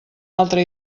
altre